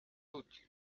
doute